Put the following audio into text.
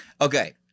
Okay